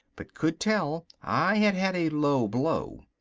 but could tell i had had a low blow.